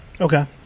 okay